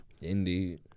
Indeed